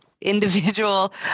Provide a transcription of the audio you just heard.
individual